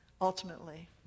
ultimately